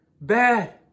bad